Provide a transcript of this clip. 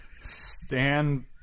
Stand